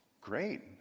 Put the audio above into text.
great